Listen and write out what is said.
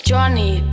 Johnny